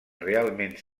realment